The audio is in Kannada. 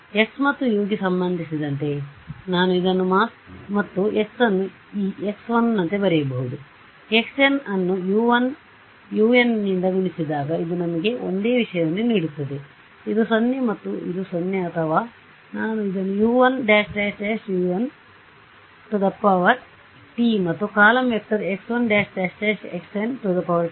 x ಮತ್ತು u ಗೆ ಸಂಬಂಧಿಸಿದಂತೆ ನಾನು ಇದನ್ನು ಮತ್ತು x ಅನ್ನು ಈ x1 ನಂತೆ ಬರೆಯಬಹುದು xn ಅನ್ನು u1 un ನಿಂದ ಗುಣಿಸಿದಾಗ ಇದು ನನಗೆ ಒಂದೇ ವಿಷಯವನ್ನು ನೀಡುತ್ತದೆ ಇದು 0 ಮತ್ತು ಇದು 0 ಅಥವಾ ನಾನು ಇದನ್ನುu1 ··· unT ಮತ್ತು ಕಾಲಮ್ ವೆಕ್ಟರ್ x1 ··· xnT